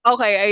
Okay